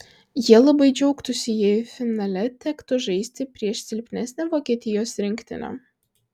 jie labai džiaugtųsi jei finale tektų žaisti prieš silpnesnę vokietijos rinktinę